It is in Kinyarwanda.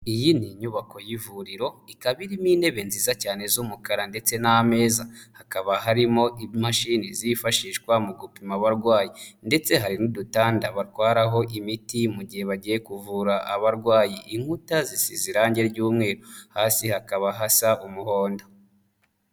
Iyi ni inyubako y'ivuriro, ikaba irimo intebe nziza cyane z'umukara ndetse n'ameza, hakaba harimo imashini zifashishwa mu gupima abarwayi, ndetse hari n'udutanda batwaraho imiti mu gihe bagiye kuvura abarwayi, inkuta zisize irangi ry'umweru, hasi hakaba hasa umuhondo.